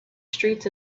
streets